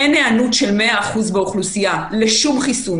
אין היענות של 100% באוכלוסייה לשום חיסון.